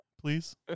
please